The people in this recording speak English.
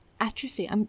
atrophy